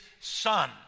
son